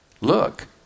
look